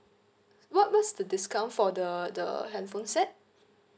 what what's the discount for the the handphone set